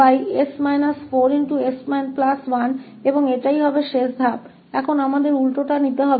अब हमें इनवर्स लेना है और हमें 𝑥𝑡 प्राप्त होगा